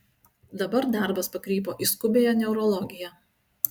dabar darbas pakrypo į skubiąją neurologiją